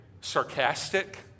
sarcastic